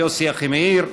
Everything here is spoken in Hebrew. אחימאיר,